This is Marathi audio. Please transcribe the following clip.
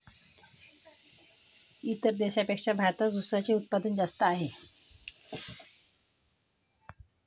इतर देशांपेक्षा भारतात उसाचे उत्पादन जास्त आहे